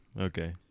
Okay